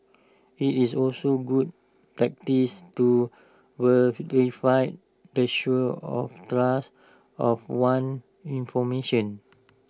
IT is also good practice to the source or trust of one's information